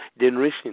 generation